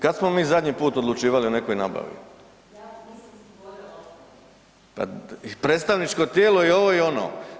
Kad smo mi zadnji put odlučivali o nekoj nabavi? … [[Upadica iz klupe se ne razumije]] Predstavničko tijelo je i ovo i ono.